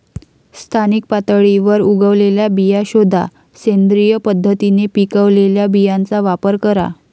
स्थानिक पातळीवर उगवलेल्या बिया शोधा, सेंद्रिय पद्धतीने पिकवलेल्या बियांचा वापर करा